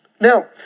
Now